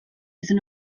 iddyn